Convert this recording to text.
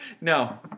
No